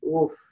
oof